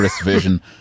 version